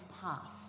past